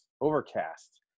Overcast